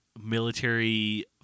military